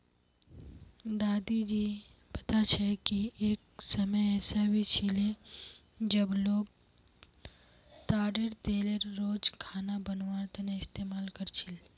दादी जी बता छे कि एक समय ऐसा भी छिले जब लोग ताडेर तेलेर रोज खाना बनवार तने इस्तमाल कर छीले